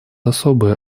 особую